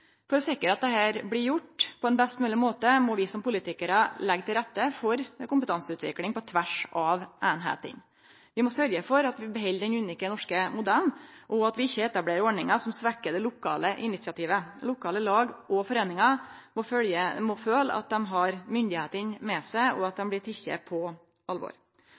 For å sikre at dette blir gjort på ein best mogleg måte, må vi som politikarar leggje til rette for kompetanseutvikling på tvers av einingane. Vi må sørgje for at vi beheld den unike norske modellen, og at vi ikkje etablerer ordningar som svekkjer det lokale initiativet. Lokale lag og foreiningar må føle at dei har myndigheitene med seg, og at dei blir tekne på alvor.